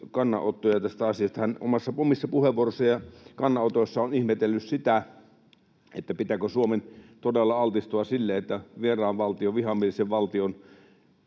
tästä asiasta. Hän on omissa puheenvuoroissaan ja kannanotoissaan ihmetellyt sitä, pitääkö Suomen todella altistua sille, että vieraan valtion, vihamielisen valtion,